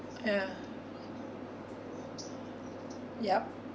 ya yup